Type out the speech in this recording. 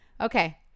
Okay